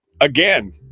Again